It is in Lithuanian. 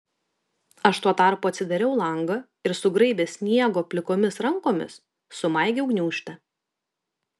aš tuo tarpu atsidariau langą ir sugraibęs sniego plikomis rankomis sumaigiau gniūžtę